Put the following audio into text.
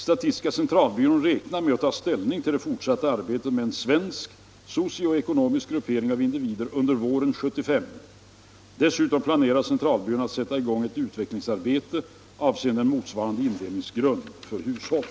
Statistiska centralbyrån räknar med att ta ställning till det fortsatta arbetet med en svensk socio-ekonomisk gruppering av individer under våren 1975. Dessutom planerar centralbyrån att sätta i gång ett utvecklingsarbete avseende en motsvarande indelningsgrund för hushåll.